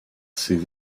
sydd